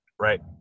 Right